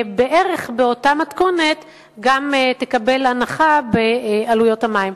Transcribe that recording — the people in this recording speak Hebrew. בערך באותה מתכונת גם תקבל הנחה במחיר המים.